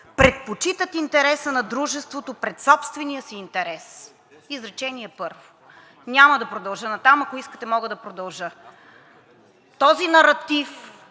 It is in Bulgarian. предпочитат интереса на дружеството пред собствения си интерес.“ – изречение първо. Няма да продължа натам, ако искате мога да продължа. Този наратив,